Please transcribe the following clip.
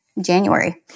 January